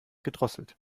gedrosselt